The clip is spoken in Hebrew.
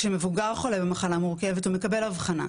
כשמבוגר חולה במחלה מורכבת הוא מקבל אבחנה.